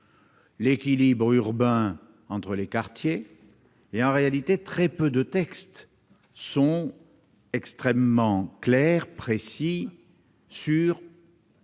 l'équilibre urbain entre les quartiers, en réalité, très peu de textes sont extrêmement clairs et précis sur